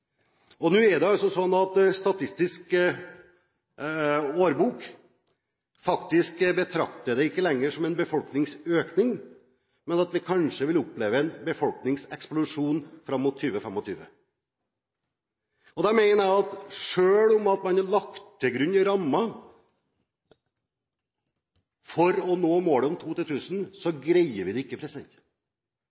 Nå er det slik at Statistisk årbok faktisk ikke lenger betrakter det som en befolkningsøkning, men at vi kanskje vil oppleve en befolkningseksplosjon fram mot 2025. Da mener jeg at selv om man har lagt til grunn rammer for å nå målet om to per 1 000, greier vi det ikke.